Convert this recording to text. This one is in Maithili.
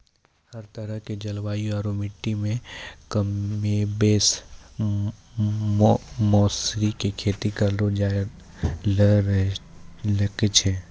हर तरह के जलवायु आरो मिट्टी मॅ कमोबेश मौसरी के खेती करलो जाय ल सकै छॅ